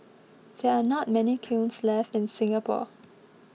there are not many kilns left in Singapore